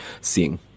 seeing